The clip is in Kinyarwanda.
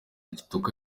kitoko